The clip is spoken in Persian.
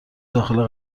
داخل